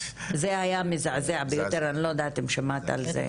זה היה מזעזע ביותר, אני לא יודעת אם שמעת על זה.